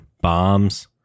bombs